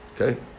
Okay